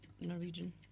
Norwegian